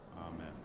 Amen